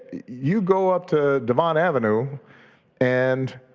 you go up to devon avenue and